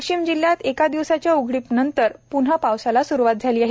वाशिम जिल्हयात एक दिवसच्या उघडीप नंतर प्न्हा पावसाला सुरुवात झाली आहे